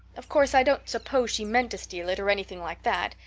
of course, i don't suppose she meant to steal it or anything like that.